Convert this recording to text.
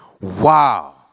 Wow